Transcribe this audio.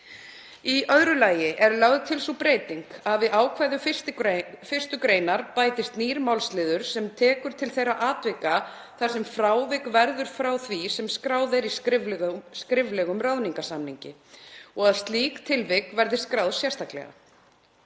Í öðru lagi er lögð til sú breyting að við ákvæði 1. gr. bætist nýr málsliður sem tekur til þeirra atvika þar sem frávik verður frá því sem skráð er í skriflegum ráðningarsamningi og að slík tilvik verði skráð sérstaklega.